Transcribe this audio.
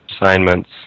assignments